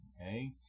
okay